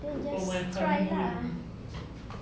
then you just try lah